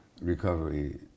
Recovery